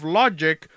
logic